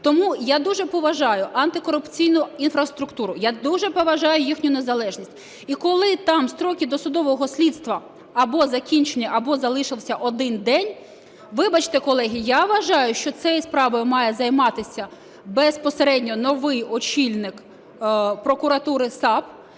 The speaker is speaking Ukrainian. Тому я дуже поважаю антикорупційну інфраструктуру, я дуже поважаю їх незалежність. І коли там строки досудового слідства або закінчені, або залишився один день, вибачте, колеги, я вважаю, що цією справою має займатися безпосередньо новий очільник прокуратури САП,